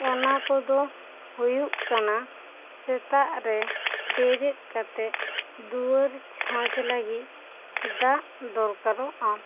ᱚᱱᱟ ᱠᱚ ᱫᱚ ᱦᱩᱭᱩᱜ ᱠᱟᱱᱟ ᱥᱮᱛᱟᱜ ᱨᱮ ᱵᱮᱨᱮᱫ ᱠᱟᱛᱮᱜ ᱫᱩᱣᱟᱹᱨ ᱪᱷᱚᱸᱪ ᱞᱟᱹᱜᱤᱫ ᱫᱟᱜ ᱫᱚᱨᱠᱟᱨᱚᱜᱼᱟ